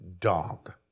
dog